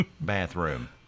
bathroom